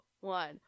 one